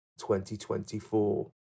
2024